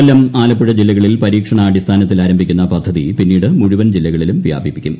കൊല്ലം ആലപ്പുഴ ജില്ലകളിൽ പരീക്ഷണാടിസ്ഥാനത്തിൽ ആരംഭിക്കുന്ന പദ്ധതി പിന്നീട് മുഴുവൻ ജില്ലകളിലും വ്യാപിപ്പിക്കും